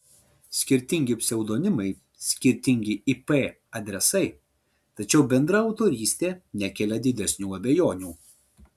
skirtingi pseudonimai skirtingi ip adresai tačiau bendra autorystė nekelia didesnių abejonių